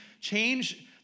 change